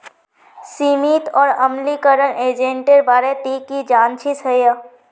सीमित और अम्लीकरण एजेंटेर बारे ती की जानछीस हैय